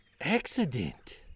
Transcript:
accident